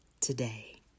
today